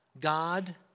God